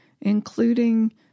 including